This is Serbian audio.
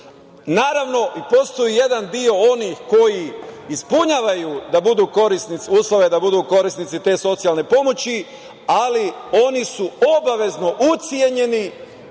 pomoći. Naravno, postoji jedan deo onih koji ispunjavaju uslove da budu korisnici te socijalne pomoći, ali oni su obavezno ucenjeni